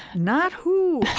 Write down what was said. not who.